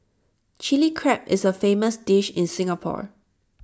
Chilli Crab is A famous dish in Singapore